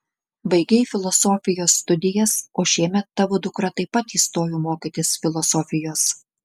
baigei filosofijos studijas o šiemet tavo dukra taip pat įstojo mokytis filosofijos